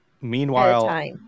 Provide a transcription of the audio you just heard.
Meanwhile